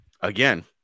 Again